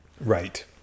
Right